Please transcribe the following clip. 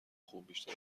خوب، بیشتر